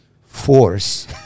force